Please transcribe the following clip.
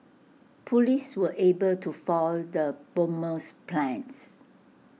Police were able to foil the bomber's plans